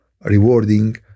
rewarding